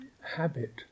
habit